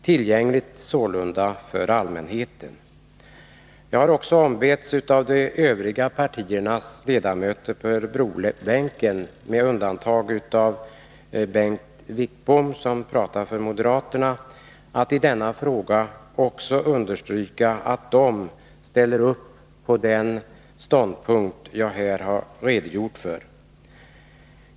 Jag har ombetts av de övriga partiernas ledamöter på Örebrobänken med undantag av Bengt Wittbom, som talar för moderaterna, att understryka att också de sluter upp på den ståndpunkt jag här redogjort för.